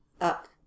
up